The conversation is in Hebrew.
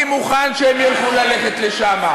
אני מוכן שהם יוכלו ללכת לשם,